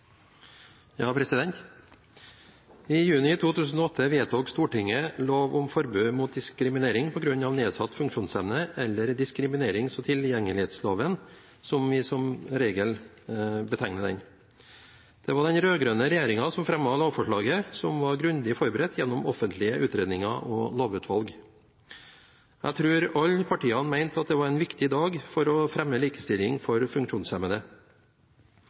I juni 2008 vedtok Stortinget lov om forbud mot diskriminering på grunn av nedsatt funksjonsevne, eller diskriminerings- og tilgjengelighetsloven, som vi som regel betegner den. Det var den rød-grønne regjeringen som fremmet lovforslaget, som var grundig forberedt gjennom offentlige utredninger og lovutvalg. Jeg tror alle partiene mente at det var en viktig dag for å fremme likestilling for funksjonshemmede.